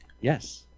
Yes